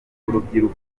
urubyiruko